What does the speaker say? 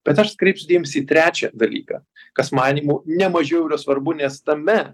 bet aš atkreipsiu dėmesį į trečią dalyką kas manymu ne mažiau yra svarbu nes tame